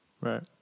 Right